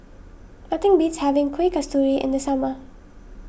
nothing beats having Kueh Kasturi in the summer